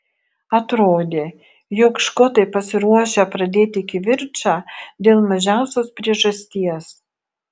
atrodė jog škotai pasiruošę pradėti kivirčą dėl mažiausios priežasties